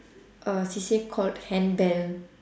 uh C_C_A called handbell